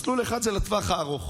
מסלול אחד זה לטווח הארוך.